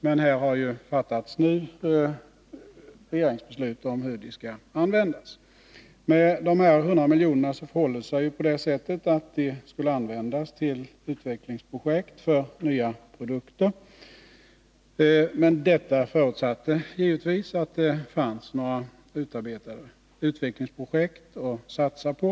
Men här har det nu fattats regeringsbeslut om hur pengarna skall användas. Med de här 100 miljonerna förhåller det sig ju så, att de skulle användas till projekt för utveckling av nya produkter. Detta förutsatte givetvisatt-det fanns utarbetade utvecklingsprojekt att satsa på.